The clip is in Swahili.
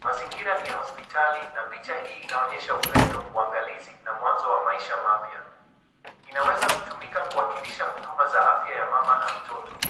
Mazingira ni ya hospitali na picha hii inaonyesha upendo, uangalizi na mwanzo wa maisha mapya. Inaweza kutumika kuwakilisha huduma za afya ya mama na mtoto.